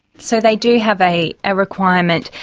so they do have a ah requirement,